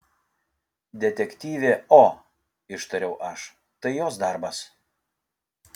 detektyvė o ištariau aš tai jos darbas